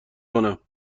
کنم